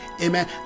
amen